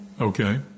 Okay